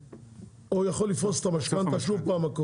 יכול לפרוס את המשכנתה שלו שוב פעם.